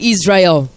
Israel